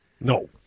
No